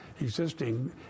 existing